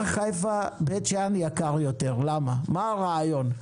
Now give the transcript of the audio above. אדוני היושב-ראש,